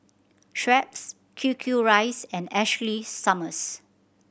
Schweppes Q Q Rice and Ashley Summers